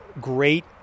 great